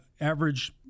average